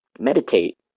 Meditate